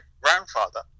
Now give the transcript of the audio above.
grandfather